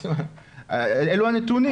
אלו הנתונים.